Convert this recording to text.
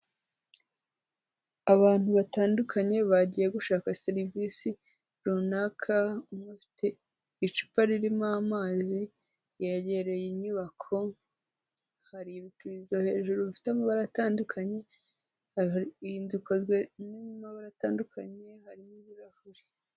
Abantu batandukanye bagiye gushaka serivisi runaka, umwe afite icupa ririmo amazi, yegereye inyubako, hari ibipirizo hejuru bifite amabara atandukanye, hakozwe n'amabara atandukanye, harimo ibibirahuri.